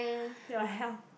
your health